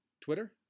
Twitter